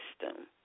system